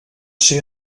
ser